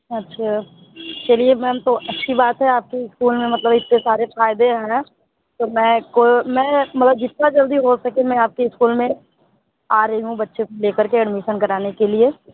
अच्छा चलिए मैम तो अच्छी बात है आपकी ईस्कूल में मतलब इतने सारे फायदे हैं तो मैं को मैं मतलब जितना जल्दी हो सके मैं आपके ईस्कूल में आ रही हूँ बच्चे को ले करके एडमिसन कराने के लिए